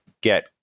get